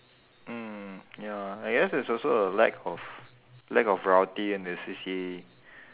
mm ya I guess it's also a lack of lack of variety in the C_C_A